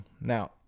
Now